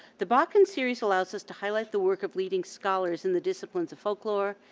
the botkin series allows us to highlight the work of leading scholars in the disciplines of folklore,